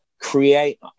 create